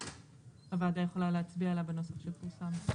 הוועדה יכולה להצביע עליה בנוסח שפורסם.